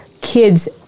kids